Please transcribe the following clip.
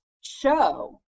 show